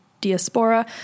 diaspora